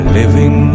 living